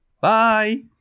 Bye